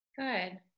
Good